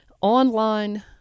Online